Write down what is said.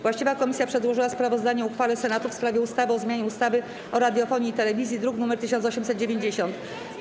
Właściwa komisja przedłożyła sprawozdanie o uchwale Senatu w sprawie ustawy o zmianie ustawy o radiofonii i telewizji, druk nr 1890.